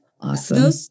awesome